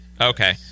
Okay